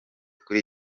kuri